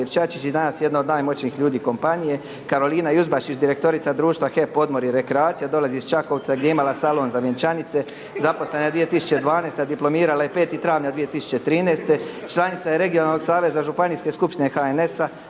Čačić i danas jedna od najmoćnijih ljudi kompanije. Karolina Juzbašić, direktorica društva HEP Oodmor i rekreacija. Dolazi iz Čakovca gdje je imala salon za vjenčanice. Zaposlena je 2012. a diplomirala je 5. travnja 2013. Članica je regionalnog Saveza županijske skupštine HNS-a.